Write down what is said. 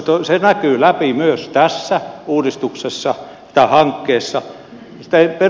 se näkyy läpi myös tässä hankkeessa